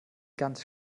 ganz